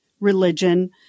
religion